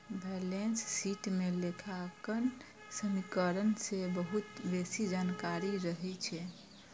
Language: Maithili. बैलेंस शीट मे लेखांकन समीकरण सं बहुत बेसी जानकारी रहै छै